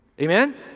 Amen